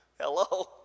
Hello